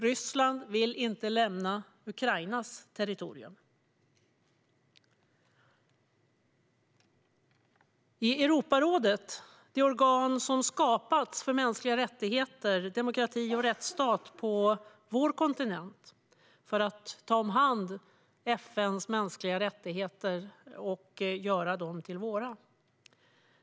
Ryssland vill inte lämna Ukrainas territorium. Europarådet är ett organ som har skapats för mänskliga rättigheter, demokrati och rättsstat på vår kontinent för att ta om hand FN:s mänskliga rättigheter och göra dem till våra.